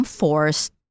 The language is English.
forced